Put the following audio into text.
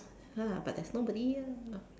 ah but there's nobody here